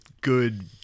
good